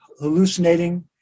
hallucinating